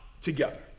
together